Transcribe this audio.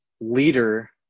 leader